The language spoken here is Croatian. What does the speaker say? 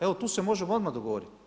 Evo, tu se možemo odmah dogovoriti.